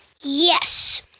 Yes